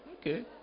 Okay